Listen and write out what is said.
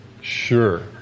Sure